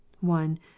One